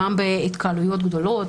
גם בהתקהלויות גדולות,